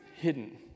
hidden